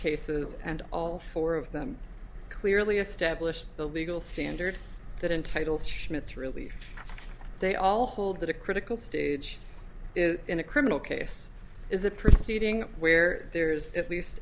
cases and all four of them clearly established the legal standards that entitles schmidt's relief they all hold that a critical stage is in a criminal case is a proceeding where there is at least